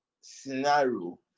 scenario